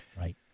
right